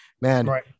man